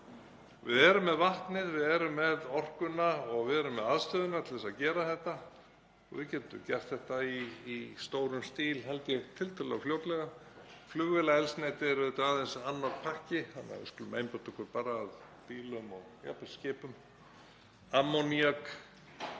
Við erum með vatnið, við erum með orkuna og við erum með aðstöðu til að gera þetta og við getum gert þetta í stórum stíl, held ég, tiltölulega fljótlega. Flugvélaeldsneyti er aðeins annar pakki þannig að við skulum einbeita okkur bara að bílum og jafnvel skipum. Ammoníak,